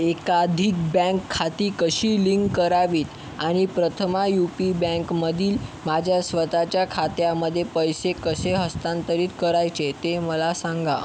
एकाधिक बँक खाती कशी लिंक करावीत आणि प्रथमा यू पी बँकमधील माझ्या स्वतःच्या खात्यामध्ये पैसे कसे हस्तांतरित करायचे ते मला सांगा